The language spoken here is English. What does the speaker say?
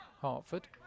Hartford